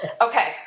Okay